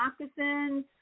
moccasins